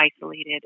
isolated